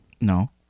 No